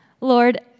Lord